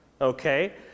okay